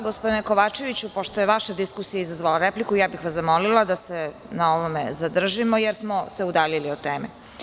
Gospodine Kovačeviću, pošto je vaša diskusija izazvala repliku, zamolila bih vas da se na ovome zadržimo jer smo se udaljili od teme.